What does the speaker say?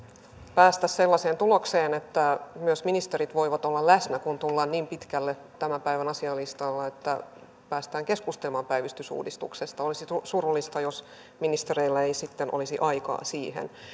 päästä sellaiseen tulokseen että myös ministerit voivat olla läsnä kun tullaan niin pitkälle tämän päivän asialistalla että päästään keskustelemaan päivystysuudistuksesta olisi surullista jos ministereillä ei sitten olisi aikaa siihen